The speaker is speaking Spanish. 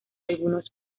algunos